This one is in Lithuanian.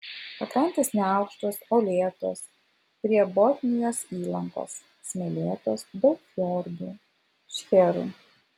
pakrantės neaukštos uolėtos prie botnijos įlankos smėlėtos daug fjordų šcherų